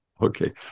Okay